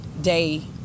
day